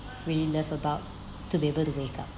really love about to be able to wake up